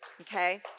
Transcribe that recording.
Okay